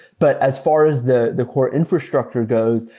but as far as the the core infrastructure goes,